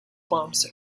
poems